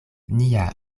nia